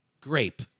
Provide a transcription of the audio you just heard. Grape